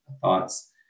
thoughts